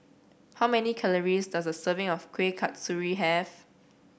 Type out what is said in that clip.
how many calories does a serving of Kueh Kasturi have